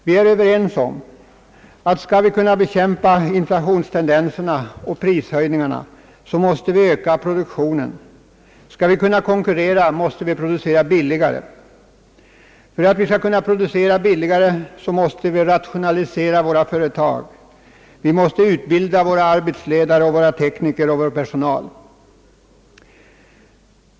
Vi är överens om att skall vi kunna bekämpa inflationstendenserna och prishöjningarna måste vi öka produktionen. Skall vi kunna konkurrera måste vi producera billigare, och för att kunna göra det måste vi rationalisera våra företag, utbilda våra arbetsledare, våra tekniker och övrig personal.